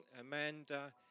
Amanda